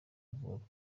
avuga